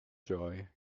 joy